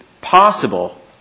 possible